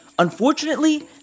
Unfortunately